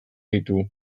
ditu